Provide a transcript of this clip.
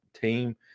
team